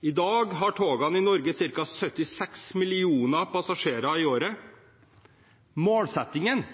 I dag har togene i Norge ca. 76 millioner passasjerer i året. Målsettingen